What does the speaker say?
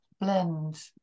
blend